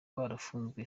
barafunzwe